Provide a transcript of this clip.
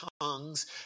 tongues